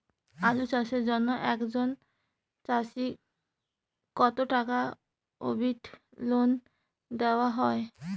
আলু চাষের জন্য একজন চাষীক কতো টাকা অব্দি লোন দেওয়া হয়?